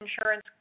insurance